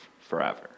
forever